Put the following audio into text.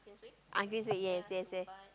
ah Queensway yes yes yes